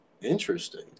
interesting